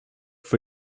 for